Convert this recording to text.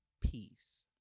Peace